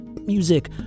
Music